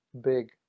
big